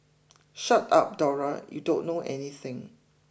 shut up Dora you don't know anything